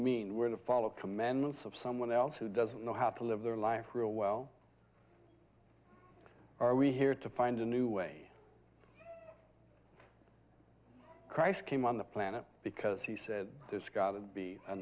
mean were to follow commandments of someone else who doesn't know how to live their life real well are we here to find a new way christ came on the planet because he said there's got to be a